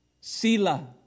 Sila